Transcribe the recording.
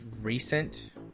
recent